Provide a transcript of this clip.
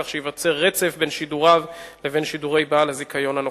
כך שייווצר רצף בין שידוריו לבין שידורי בעל הזיכיון הנוכחי".